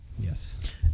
yes